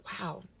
wow